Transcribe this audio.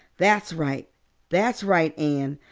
that's right that's right, anne.